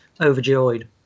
overjoyed